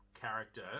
character